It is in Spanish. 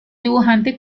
dibujante